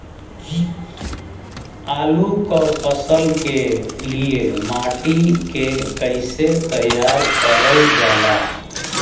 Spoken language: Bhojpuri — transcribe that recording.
आलू क फसल के लिए माटी के कैसे तैयार करल जाला?